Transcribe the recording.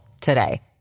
today